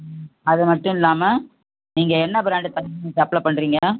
ம் அது மட்டும் இல்லாமல் நீங்கள் என்ன பிராண்டு தண்ணி சப்ளை பண்ணுறீங்க